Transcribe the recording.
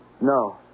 No